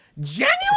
Genuine